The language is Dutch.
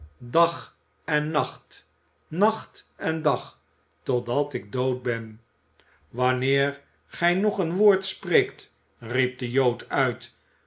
dag en nacht nacht en dag totdat ik dood ben wanneer gij nog een woord spreekt riep de jood uit